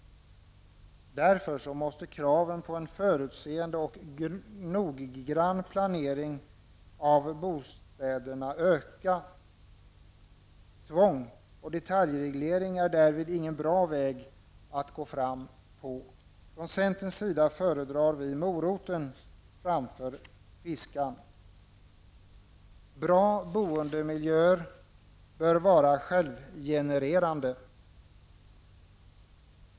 Därför måste kraven på en förutseende och noggrann planering av bostäderna öka. Tvång och detaljreglering är därvid ingen bra väg att gå fram. Från centerns sida föredrar vi moroten framför piskan. Bra boendemiljöer bör vara självgenererade.